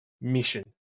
mission